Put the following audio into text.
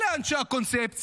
אלה אנשי הקונספציה.